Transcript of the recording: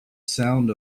sound